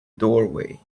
doorway